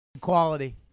quality